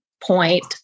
point